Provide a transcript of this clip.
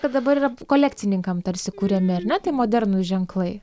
kad dabar yra kolekcininkam tarsi kuriami tie modernūs ženklai